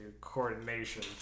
coordination